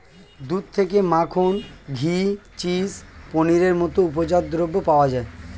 দুধ থেকে মাখন, ঘি, চিজ, পনিরের মতো উপজাত দ্রব্য পাওয়া যায়